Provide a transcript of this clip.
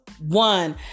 one